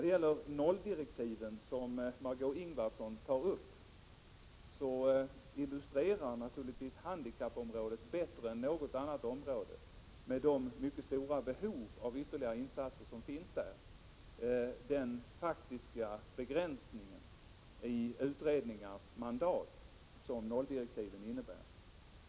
Beträffande nolldirektiven, som Margé Ingvardsson berör, vill jag säga att handikappområdet med sitt stora behov av ytterligare insatser bättre än något annat område illustrerar begränsningen i utredningarnas mandat.